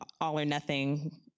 all-or-nothing